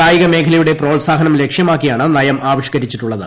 കായിക മേഖലയുടെ പ്രോത്സാഹനം ലക്ഷ്യമാക്കിയാണ് നയം ആവിഷ്കരിച്ചിട്ടുള്ളത്